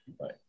right